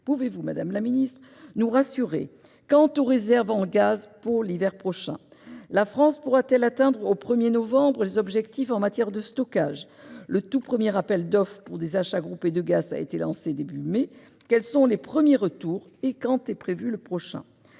Pouvez-vous, madame la secrétaire d'État, nous rassurer quant aux réserves en gaz pour l'hiver prochain ? La France pourra-t-elle atteindre au 1 novembre prochain ses objectifs en matière de stockage ? Le tout premier appel d'offres pour des achats groupés de gaz a été lancé début mai. Quels sont les premiers retours et quand est prévu le prochain ?